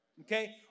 Okay